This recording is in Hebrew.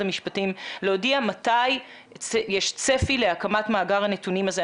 המשפטים להודיע מתי יש צפי למאגר הנתונים הזה.